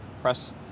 Press